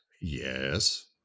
Yes